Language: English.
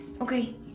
Okay